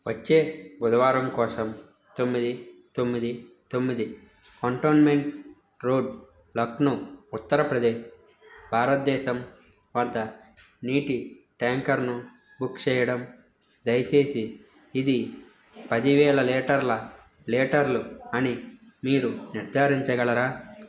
వచ్చే బుధవారం కోసం తొమ్మిది తొమ్మిది తొమ్మిది కంటోన్మెంట్ రోడ్ లక్నో ఉత్తరప్రదేశ్ భారతదేశం వద్ద నీటి ట్యాంకర్ను బుక్ చేయడం దయచేసి ఇది పదివేల లీటర్ల లీటర్లు అని మీరు నిర్ధారించగలరా